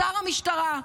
שר המשטרה.